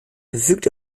verfügt